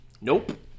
Nope